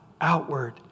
outward